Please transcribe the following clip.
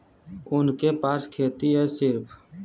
उनके पास खेती हैं सिर्फ